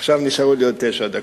עכשיו נשארו לי עוד תשע דקות.